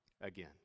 again